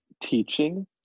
teaching